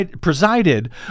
presided